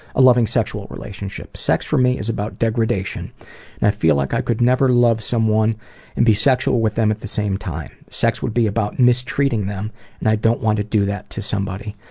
a loving sexual relationship. sex for me is about degradation and i feel that like i could never love someone and be sexual with them at the same time. sex would be about mistreating them and i don't want to do that to somebody.